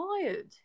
tired